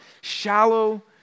shallow